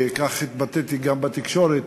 וכך התבטאתי גם בתקשורת,